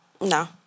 No